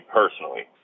personally